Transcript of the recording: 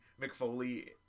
McFoley